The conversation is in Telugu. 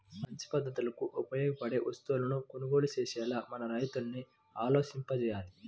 మంచి పద్ధతులకు ఉపయోగపడే వస్తువులను కొనుగోలు చేసేలా మన రైతుల్ని ఆలోచింపచెయ్యాలి